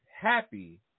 Happy